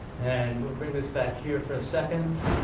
and we'll bring this back here for a second.